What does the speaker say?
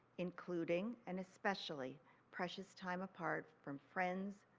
including and especially precious time apart from friends,